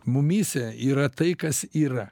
mumyse yra tai kas yra